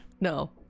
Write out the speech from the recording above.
No